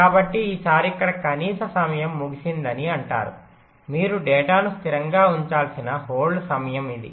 కాబట్టి ఈసారి ఇక్కడ కనీస సమయం ముగిసిందని అంటారు మీరు డేటాను స్థిరంగా ఉంచాల్సిన హోల్డ్ సమయం ఇది